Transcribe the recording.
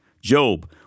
Job